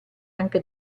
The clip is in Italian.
anche